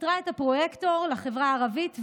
פיטרה את הפרויקטור לחברה הערבית ועוד.